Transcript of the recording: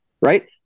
right